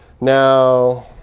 now